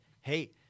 hey